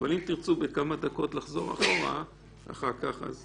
אבל אם תרצו בכמה דקות לחזור אחורה אז בסדר.